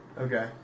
Okay